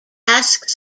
asks